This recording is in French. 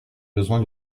besoin